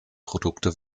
produkte